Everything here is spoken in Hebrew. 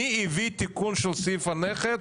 מי הביא תיקון של סעיף הנכד?